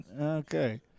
okay